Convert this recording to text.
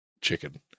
chicken